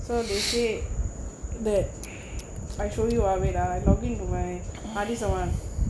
so they say that I show you வாவே:vava dah I login to my hard disk a one